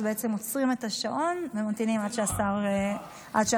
אז בעצם עוצרים את השעון וממתינים עד שהשר חוזר.